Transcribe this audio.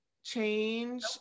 change